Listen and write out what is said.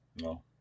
no